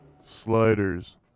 Sliders